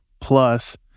plus